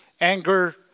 anger